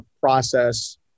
process